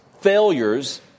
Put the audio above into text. failures